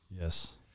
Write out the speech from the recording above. Yes